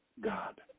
God